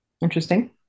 Interesting